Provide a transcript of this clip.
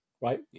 right